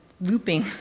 looping